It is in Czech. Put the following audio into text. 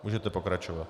Můžete pokračovat.